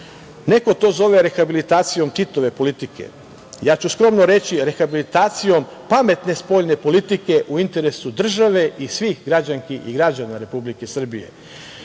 Neko to zove rehabilitacijom Titove politike. Ja ću skromno reći - rehabilitacijom pametne spoljne politike, u interesu države i svih građanki i građana Republike Srbije. To